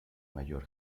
mayor